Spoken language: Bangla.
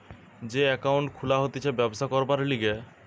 যে একাউন্ট খুলা হতিছে ব্যবসা করবার লিগে